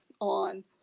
on